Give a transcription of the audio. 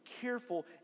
careful